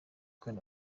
kane